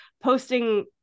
posting